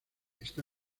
está